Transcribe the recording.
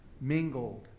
mingled